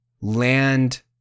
land